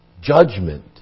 judgment